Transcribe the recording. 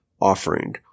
offering